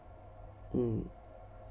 hmm